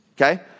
Okay